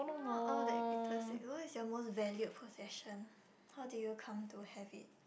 not all the what is your most valued possession how did you come to have it